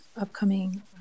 upcoming